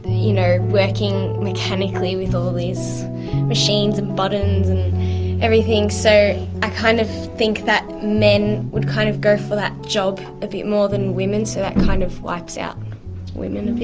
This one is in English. you know working mechanically with all these machines and buttons and everything. so i kind of think that men would kind of go for that job a bit more than women, so that kind of wipes out women a bit.